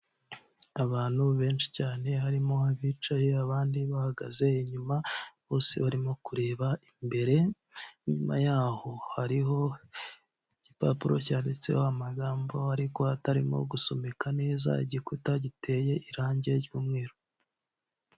Abantu benshi cyane harimo abicaye abandi bahagaze inyuma bose barimo kureba imbere, nyuma yaho hariho igipapuro cyanditseho amagambo ariko atarimo gusomeka neza, igikuta giteye irangi ry'umweru.